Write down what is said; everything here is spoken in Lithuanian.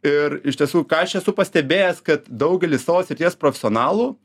ir iš tiesų ką aš esu pastebėjęs kad daugelis savo srities profesionalų